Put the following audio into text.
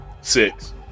Six